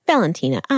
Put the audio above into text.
Valentina